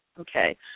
okay